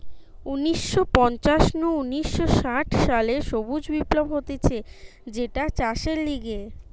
উনিশ শ পঞ্চাশ নু উনিশ শ ষাট সালে সবুজ বিপ্লব হতিছে যেটা চাষের লিগে